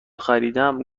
خریدم